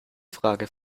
frage